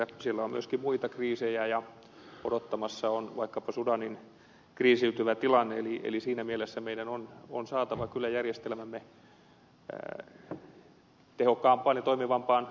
siellä on myöskin muita kriisejä ja odottamassa on vaikkapa sudanin kriisiytyvä tilanne eli siinä mielessä meidän on saatava kyllä järjestelmämme tehokkaampaan ja toimivampaan kuntoon